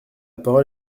parole